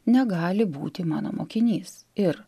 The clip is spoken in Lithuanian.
negali būti mano mokinys ir